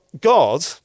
god